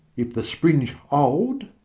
if the springe hold,